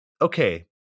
okay